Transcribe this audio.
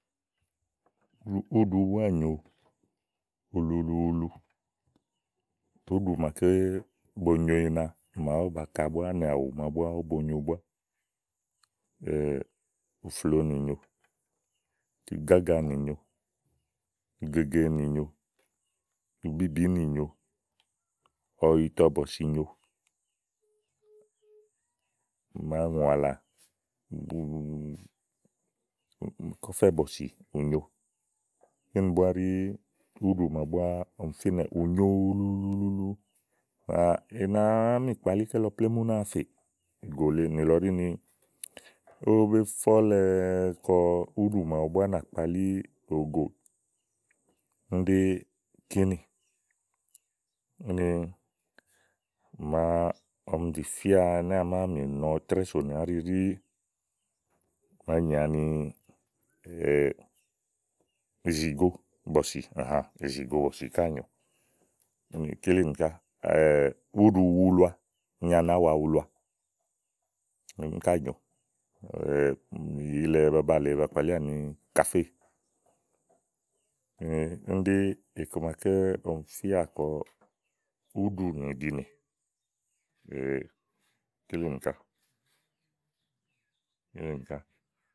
úúɖu búá nyòo ulu luulu. úɖù màa búá bu nyo ína búá nì áwù bua màa ówó bòo nyobúá. ù flòonì nyòo, ki gáganì nyòo, uge genì nyòo, kíbíbìínì nyòò, ɔyitɔbɔ̀sì inyo màa ŋùàtã, kɔ̀fɛ̀bɔ̀sì, ù nyo kíni búá ɖi ú ɖù màá búá ɔmi fínɛ̀ ù nyo ulu lu lululu màa ì nàá mi kpàa lí kélɔ plémú ú nàà fèé ìgò lèeè nìlɔ ɖí ni ówó be fe ɔ̀lɛ kɔ ú ɖù màawu búá nàkpalí òwo goò úni ɖi kínì úni màa ɔmi zì fía à mì trɛ́ɛ sònìà áɖi màa nyì ani ìzìgo bɔ̀sì, ìzìgo bɔ̀sì ká nyòo úni kílinì ká úɖu wulua ùú nyi ani áwa wulua nì ilɛ ba balèe ba kpalíà ni kàféè úni ɖi iku maké ɔmi fíà kɔ úɖu ìɖine kílinì ká kílinìká.